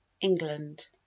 england